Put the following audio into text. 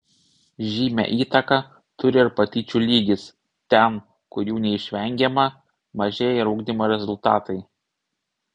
žymią įtaką turi ir patyčių lygis ten kur jų neišvengiama mažėja ir ugdymo rezultatai